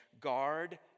guard